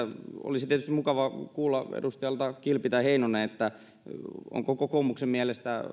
olisi tietysti mukava kuulla edustaja kilveltä tai heinoselta ovatko kokoomuksen mielestä